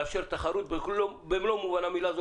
לאפשר תחרות במלוא מובן המילה.